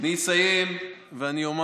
אני אסיים ואומר,